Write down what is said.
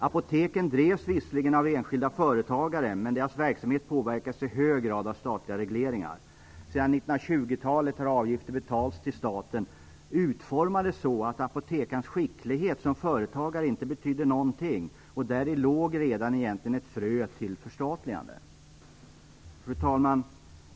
Apoteken drevs visserligen av enskilda företagare, men deras verksamhet påverkades i hög grad av statliga regleringar. Från 1920-talet betalades avgifter till staten som var utformade så att apotekarens skicklighet som företagare inte betydde någonting. Redan däri låg egentligen ett frö till förstatligande. Fru talman!